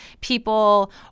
people